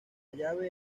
llave